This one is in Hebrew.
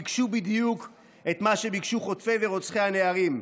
ביקשו בדיוק את מה שביקשו חוטפי ורוצחי הנערים,